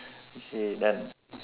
okay done